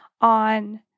on